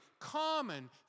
common